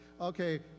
okay